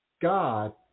God